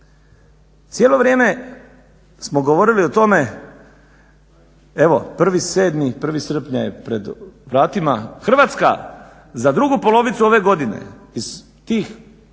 Cijelo vrijeme smo govorili o tome, evo 1.7. je pred vratima, Hrvatska za drugu polovicu ove godine iz tih